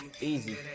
Easy